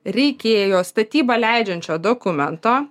reikėjo statybą leidžiančio dokumento